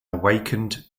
awakened